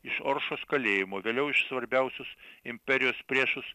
iš oršos kalėjimo vėliau iš svarbiausius imperijos priešus